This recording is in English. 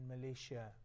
Malaysia